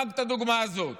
רק את הדוגמה הזאת.